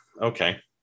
okay